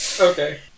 Okay